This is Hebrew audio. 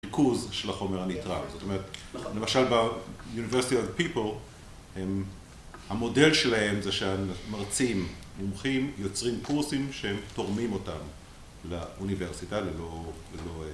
ריכוז של החומר הניטראי. זאת אומרת, למשל באוניברסיטת פיפור, המודל שלהם זה שהמרצים, מומחים, יוצרים קורסים שהם תורמים אותם לאוניברסיטה, ללא, ללא...